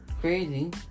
Crazy